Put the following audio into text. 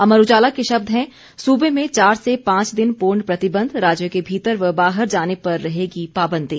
अमर उजाला के शब्द हैं सूबे में चार से पांच दिन पूर्ण प्रतिबंध राज्य के भीतर व बाहर जाने पर रहेगी पाबंदी